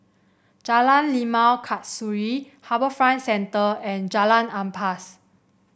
Jalan Limau Kasturi HarbourFront Centre and Jalan Ampas